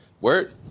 Word